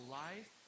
life